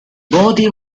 bodhi